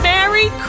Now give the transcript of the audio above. Merry